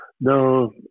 no